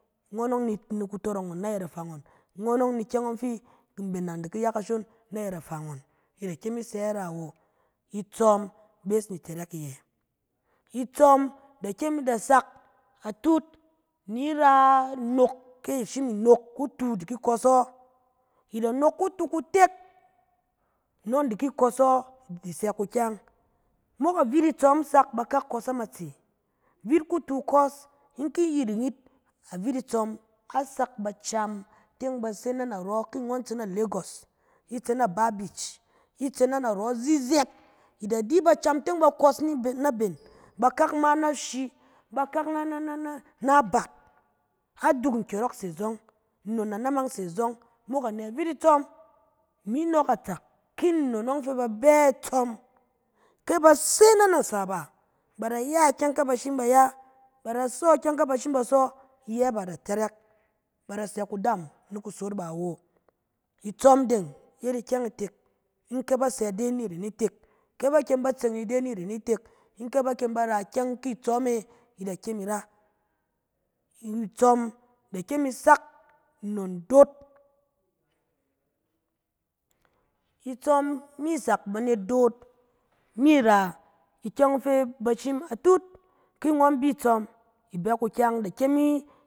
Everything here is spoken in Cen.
Ngɔn ɔng ni kutɔrɔng ngɔn ayɛt afa ngɔn, ngɔn ɔng ni ikyɛng fi mben nang di ki ya kashon nayɛt afa ngɔn, i da kyem i tse ra wo, itsɔm bɛ ni tɛrɛk iyɛ. Itsɔm da kyem da sak ni ra nok ke i shim inok kutu i di ki kɔsɔ. I da nok kutu kutek nɔng i di ki kɔsɔ, i sɛ kukyang. Mok avit itsɔm sak bakak kɔs amatse, vit kutu ikɔs, in ki yiring, avit itsɔm a sak bacam teng ba se na narɔ, ki ngɔm tse na lagos, i tse na babic, i tse narɔ zizɛɛt, i da di bacam teng ba kɔs naben, bakak ma na shi, bakak na-na-na abat, aduk nkyɔrɔng se zɔng, nnon nanaman se zɔng, mok anɛ? Vit itsɔm. Imi nɔɔk atsak, ki nnon ɔng fɛ ba bɛ itsɔm, ke ba se na nasa bá, ba da ya ikyɛng fɛ ba shim ba ya, ba da sɔ ikyɛng fɛ ba shim ba sɔ, iyɛ bá da tɛrɛk, ba da sɛ kudaam ni kusot bá awo. Itsɔm deng yet ikyɛng itek, in ke ba sɛ ide ni rèn itek, ke ba kyem ba tse ni de ni rèn itek, ni ke ba ra ikyɛng ki tsɔm e da kyem i ra. Itsɔm da kyem i sak nnon doot- itsɔm mi sak banet doot mi ra ikyɛng ɔng fɛ ba shim atut. Ki ngɔn bi tsɔm, i bɛ kukyang da kyem i